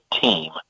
team